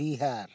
Bihar